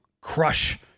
crush –